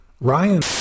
Ryan